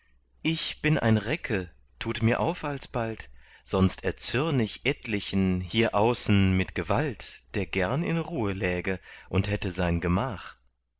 ich bin ein recke tut mir auf alsbald sonst erzürn ich etlichen hier außen mit gewalt der gern in ruhe läge und hätte sein gemach